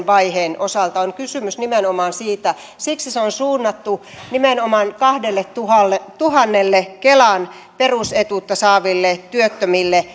vaiheen osalta on kysymys nimenomaan siitä siksi se on suunnattu nimenomaan kahdelletuhannelle kelan perusetuutta saavalle